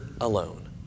alone